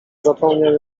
zapomniał